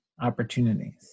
opportunities